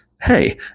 Hey